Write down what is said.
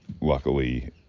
luckily